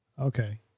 Okay